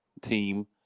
team